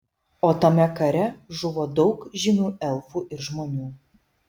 o tame kare žuvo daug žymių elfų ir žmonių